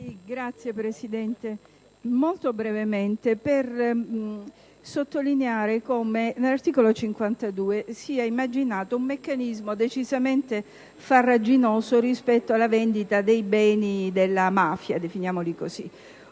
intervengo molto brevemente per sottolineare come al comma 52 si sia immaginato un meccanismo decisamente farraginoso rispetto alla vendita dei beni della mafia (definiamoli così);